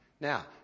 Now